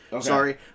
Sorry